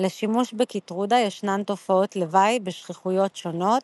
לשימוש בקיטרודה ישנן תופעות לוואי בשכיחויות שונות.